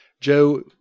Joe